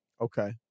Okay